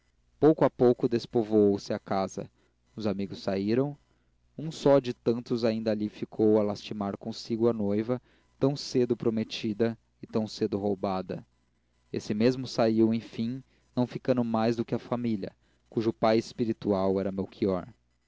pouco a pouco despovoou se a casa os amigos saíram um só de tantos ainda ali ficou a lastimar consigo a noiva tão cedo prometida e tão cedo roubada esse mesmo saiu enfim não ficando mais do que a família cujo pai espiritual era